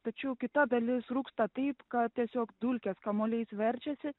tačiau kita dalis rūksta taip kad tiesiog dulkės kamuoliais verčiasi